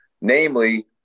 namely